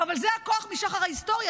אבל זה הכוח משחר ההיסטוריה,